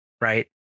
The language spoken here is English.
Right